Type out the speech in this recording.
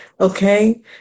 okay